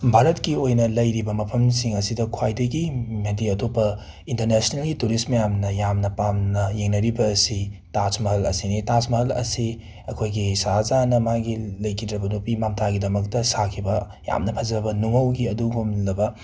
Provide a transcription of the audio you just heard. ꯚꯥꯔꯠꯀꯤ ꯑꯣꯏꯅ ꯂꯩꯔꯤꯕ ꯃꯐꯝꯁꯤꯡ ꯑꯁꯤꯗ ꯈ꯭ꯋꯥꯏꯗꯒꯤ ꯑꯃꯗꯤ ꯑꯇꯣꯞꯄ ꯏꯟꯇꯔꯅꯦꯁꯅꯦꯜꯒꯤ ꯇꯨꯔꯤꯁ ꯃꯌꯥꯝꯅ ꯌꯥꯝꯅ ꯄꯥꯝꯅ ꯌꯦꯡꯅꯔꯤꯕ ꯑꯁꯤ ꯇꯥꯖ ꯃꯍꯜ ꯑꯁꯤꯅꯤ ꯇꯥꯖ ꯃꯍꯜ ꯑꯁꯤ ꯑꯩꯈꯣꯏꯒꯤ ꯁꯍꯥ ꯖꯍꯥꯟꯅ ꯃꯥꯒꯤ ꯂꯩꯈꯤꯗ꯭ꯔꯕ ꯅꯨꯄꯤ ꯃꯝꯇꯥꯒꯤꯗꯃꯛꯇ ꯁꯥꯈꯤꯕ ꯌꯥꯝꯅ ꯐꯖꯕ ꯅꯨꯡꯉꯧꯒꯤ ꯑꯗꯨꯒꯨꯝꯂꯕ